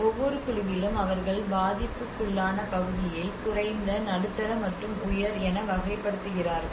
ஒவ்வொரு குழுவிலும் அவர்கள் பாதிப்புக்குள்ளான பகுதியை குறைந்த நடுத்தர மற்றும் உயர் என வகைப்படுத்துகிறார்கள்